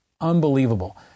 Unbelievable